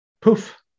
Poof